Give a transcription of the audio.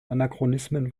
anachronismen